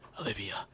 Olivia